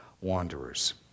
wanderers